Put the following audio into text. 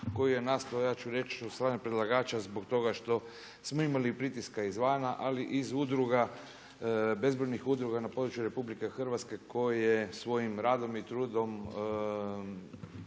koji je nastao ja ću reći od strane predlagača zbog toga što smo imali i pritiska izvana ali i iz udruga, bezbrojnih udruga na području RH koje svojim radom i trudom